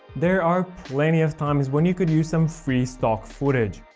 there are plenty of times when you could use some free stock footage.